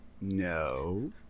no